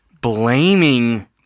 blaming